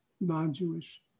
non-Jewish